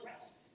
rest